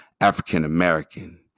African-American